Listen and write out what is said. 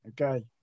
Okay